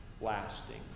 lasting